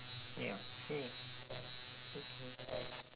ya !yay! okay